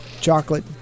chocolate